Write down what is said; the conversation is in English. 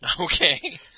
Okay